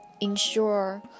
ensure